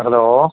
hello